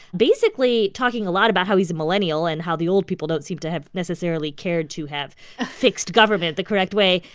basically talking a lot about how he's a millennial and how the old people don't seem to have necessarily cared to have ah fixed government the correct way,